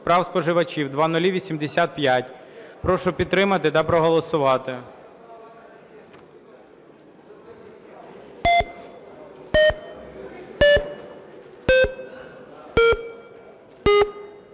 прав споживачів (0085). Прошу підтримати та проголосувати.